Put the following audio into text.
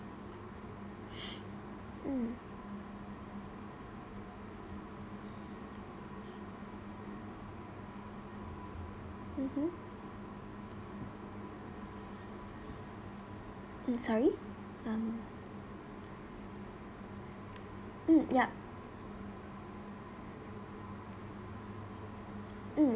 mm mmhmm mm sorry um mm yup mm